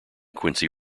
quincy